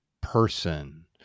person